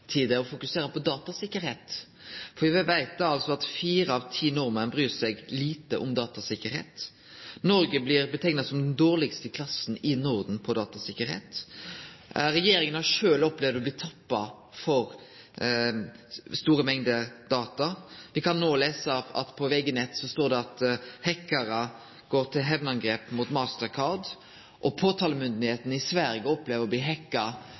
lyst til å fokusere på datasikkerheit. Me veit at fire av ti nordmenn bryr seg lite om datasikkerheit. Noreg blir sett på som den dårlegaste i klassen i Norden når det gjeld datasikkerheit. Regjeringa har sjølv opplevd å bli tappa for store mengder data. Me kan no lese på VG-nett: «Hackere med hevnangrep mot Mastercard.» Påtalemyndigheita i Sverige har opplevd å bli